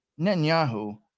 Netanyahu